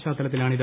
പശ്ചാത്തലത്തിലാണിത്